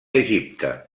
egipte